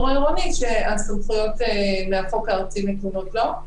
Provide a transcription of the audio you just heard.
העירוני שהסמכויות מהחוק הארצי נתונות לו.